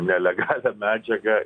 nelegalią medžiagą